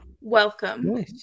welcome